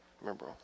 Remember